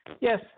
Yes